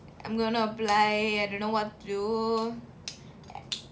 I'm gonna apply I don't know what to do